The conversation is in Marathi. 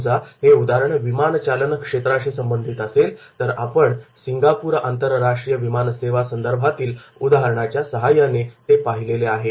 समजा ते उदाहरण विमानचालन क्षेत्राशी संबंधित असेल तर आपण सिंगापूर आंतरराष्ट्रीय विमानसेवा संदर्भातील उदाहरणाच्या सहाय्याने आपण पाहिलेले आहेत